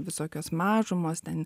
visokios mažumos ten